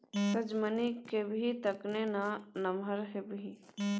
सजमनि खेबही तखने ना नमहर हेबही